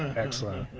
excellent,